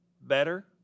better